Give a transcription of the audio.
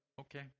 Okay